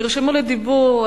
נרשמו לדיבור: